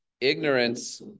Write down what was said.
ignorance